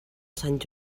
sant